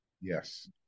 Yes